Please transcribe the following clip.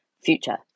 future